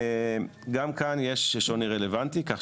גם כאן יש שוני רלוונטי כך